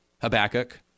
Habakkuk